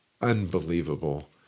unbelievable